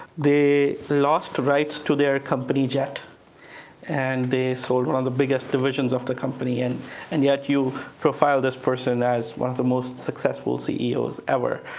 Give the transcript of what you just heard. they lost rights to their company jet and they sold one of and the biggest divisions of the company. and and yet you profile this person as one of the most successful ceos ever.